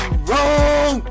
wrong